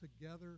together